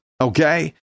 okay